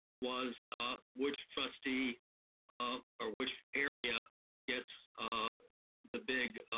was which trustee ah or which area gets the big